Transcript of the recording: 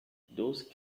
those